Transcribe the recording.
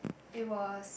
it was